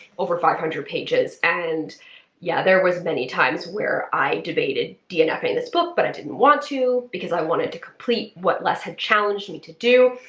over five hundred pages, and yeah, there was many times where i debated dnfing this book, but i didn't want to because i wanted to complete what les had challenged me to do.